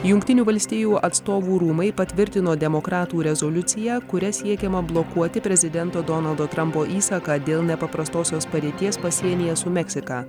jungtinių valstijų atstovų rūmai patvirtino demokratų rezoliuciją kuria siekiama blokuoti prezidento donaldo trampo įsaką dėl nepaprastosios padėties pasienyje su meksika